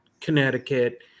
Connecticut